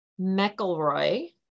McElroy